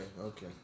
okay